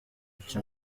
icyo